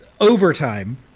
overtime